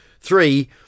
Three